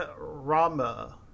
Rama